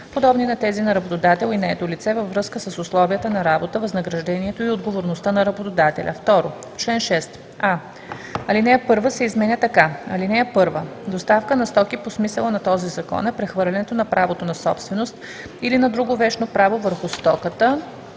подобни на тези на работодател и наето лице във връзка с условията на работа, възнаграждението и отговорността на работодателя”. 2. В чл. 6: а) алинея 1 се изменя така: „(1) Доставка на стока по смисъла на този закон е прехвърлянето на правото на собственост или на друго вещно право върху стоката,